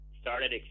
started